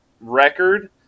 record